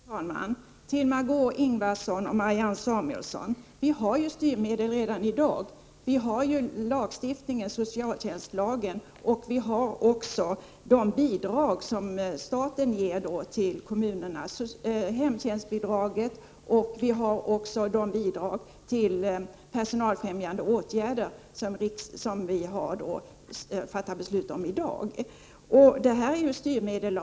Fru talman! Till Margé Ingvardsson och Marianne Samuelsson: Vi har ju styrmedel redan i dag! Vi har socialtjänstlagen, och vi har också de bidrag som staten ger till kommunerna, hemtjänstbidraget och de bidrag till personalfrämjande åtgärder som vi fattar beslut om i dag. Detta om något är styrmedel.